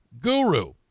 guru